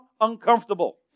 uncomfortable